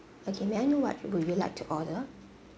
okay may I know what would you like to order